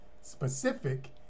specific